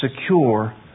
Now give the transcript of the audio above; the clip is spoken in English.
secure